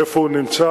איפה הוא נמצא.